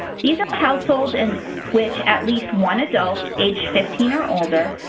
these are households in which at least one adult, aged fifteen or older,